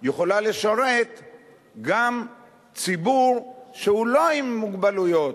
יכולה לשרת גם ציבור שהוא לא עם מוגבלויות,